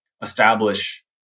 establish